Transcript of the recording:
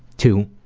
to